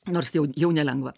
nors jau jau nelengva